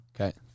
okay